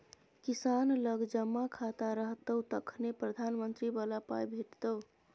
किसान लग जमा खाता रहतौ तखने प्रधानमंत्री बला पाय भेटितो